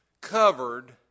covered